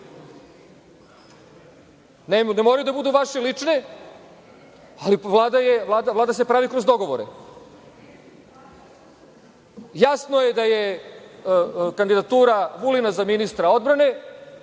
Ne moraju da budu vaše lične, ali Vlada se pravi kroz dogovore. Jasno je da je kandidatura Vulina za ministra odbrane